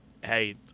hey